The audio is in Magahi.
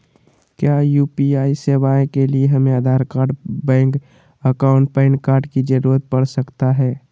क्या यू.पी.आई सेवाएं के लिए हमें Aadhaar card bank account PAN card की जरूरत पड़ सकता है?